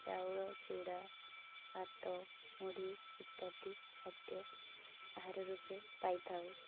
ଚାଉଳ ଚୁଡ଼ା ଭାତ ମୁଢ଼ି ଇତ୍ୟାଦି ଖାଦ୍ୟ ଆହାର ରୂପେ ପାଇଥାଉ